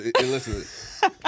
Listen